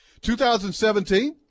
2017